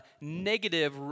negative